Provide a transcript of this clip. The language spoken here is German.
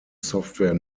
software